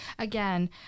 Again